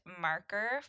marker